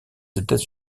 états